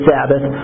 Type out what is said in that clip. Sabbath